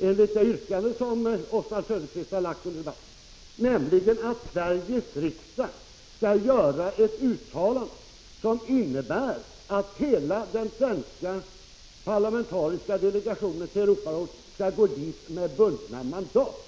enligt det 11 december 1985 yrkande som Oswald Söderqvist har framställt under debatten, nämligenatt ZI Sveriges riksdag skall göra ett uttalande som innebär att hela den svenska delegationen i Europarådets parlamentariska församling skall gå dit med bundna mandat.